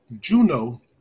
Juno